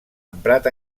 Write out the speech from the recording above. emprat